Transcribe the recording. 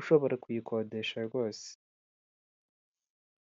ushobora kuyikodesha rwose!